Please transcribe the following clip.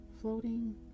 floating